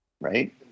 right